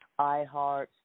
iHeart